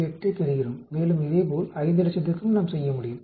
028 ஐப் பெறுகிறோம் மேலும் இதேபோல் 500000 க்கும் நாம் செய்ய முடியும்